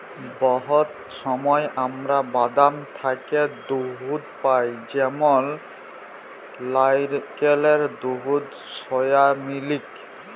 বহুত সময় আমরা বাদাম থ্যাকে দুহুদ পাই যেমল লাইরকেলের দুহুদ, সয়ামিলিক